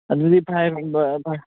ꯑꯗꯨꯗꯤ